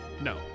No